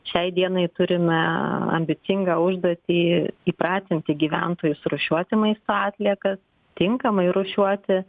šiai dienai turime ambicingą užduotį įpratinti gyventojus rūšiuoti maisto atliekas tinkamai rūšiuoti